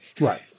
Right